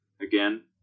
again